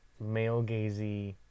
male-gazy